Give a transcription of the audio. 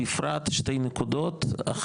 שתי נקודות במיוחד,